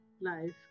life